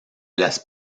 las